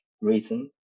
reason